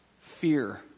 Fear